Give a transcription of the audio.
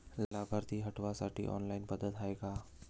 लाभार्थी हटवासाठी ऑनलाईन पद्धत हाय का?